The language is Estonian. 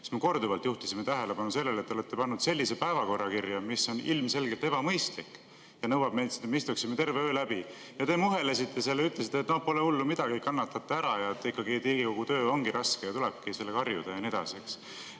me korduvalt juhtisime tähelepanu sellele, et te olete pannud sellise päevakorra kirja, mis on ilmselgelt ebamõistlik ja nõuab meilt seda, et me istuksime siin terve öö läbi. Te muhelesite seal ja ütlesite, et pole hullu midagi, kannatate ära, Riigikogu töö ongi raske ja tulebki sellega harjuda ja nii edasi.